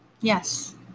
Yes